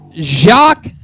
Jacques